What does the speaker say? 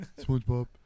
Spongebob